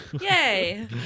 Yay